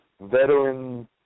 veteran